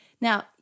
Now